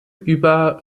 über